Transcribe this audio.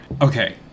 okay